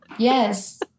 Yes